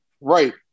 Right